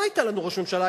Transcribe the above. מה היתה לנו ראש ממשלה?